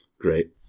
Great